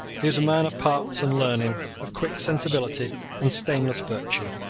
he was a man of parts and learning, of quick sensibility and stainless virtue.